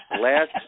Last